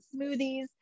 smoothies